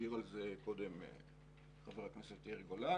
העיר על זה קודם חבר הכנסת יאיר גולן.